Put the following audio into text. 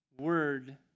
word